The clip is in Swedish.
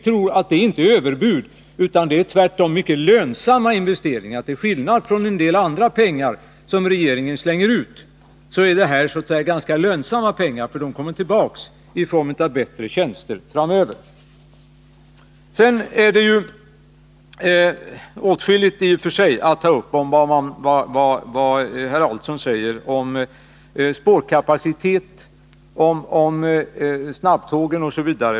Det är inte fråga om ett överbud, utan det gäller tvärtom mycket lönsamma investeringar. Till skillnad från en del andra pengar som regeringen slänger ut är det här ganska lönsamma pengar, eftersom de kommer tillbaka i form av bättre tjänster framöver. Sedan finns det i och för sig åtskilligt att ta upp av vad herr Adelsohn säger om spårkapacitet, snabbtåg osv.